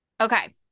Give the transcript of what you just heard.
Okay